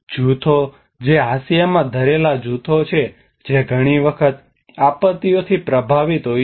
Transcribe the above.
જૂથો જે હાંસિયામાં ધરેલા જૂથો છે જે ઘણી વખત આપત્તિઓથી પ્રભાવિત હોય છે